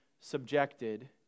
subjected